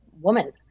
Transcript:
woman